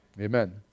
Amen